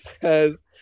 says